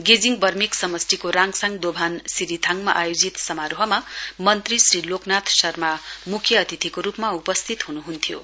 गेजिङ बर्मेक समष्टिको राङसाङ दोभान सिरिथाङमा आयोजित समारोहमा मन्त्री श्री लोकनाथ शर्मा मुख्य अतिथिको रूपमा उपस्थित हुनुहुन्थ्यो